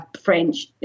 French